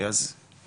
אמרתי לו למה?